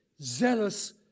zealous